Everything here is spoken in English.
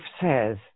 says